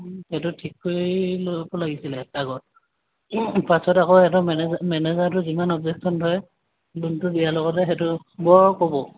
সেইটো ঠিক কৰি ল'ব লাগিছিলে এপাকত পাছত আকৌ সেইটো মেনেজাৰ মেনেজাৰটোৱে যিমান অবজেকশ্যন ধৰে লোনটো দিয়াৰ লগতে সেইটো বৰ ক'ব